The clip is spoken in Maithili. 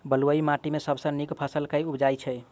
बलुई माटि मे सबसँ नीक फसल केँ उबजई छै?